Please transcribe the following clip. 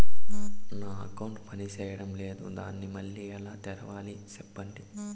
నా అకౌంట్ పనిచేయడం లేదు, దాన్ని మళ్ళీ ఎలా తెరవాలి? సెప్పండి